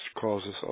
causes